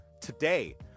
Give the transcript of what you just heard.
today